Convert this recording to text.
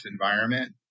environment